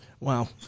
Wow